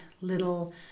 little